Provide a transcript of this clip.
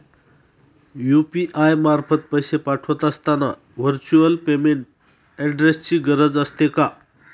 UPI मार्फत पैसे पाठवत असताना व्हर्च्युअल पेमेंट ऍड्रेसची गरज असते का?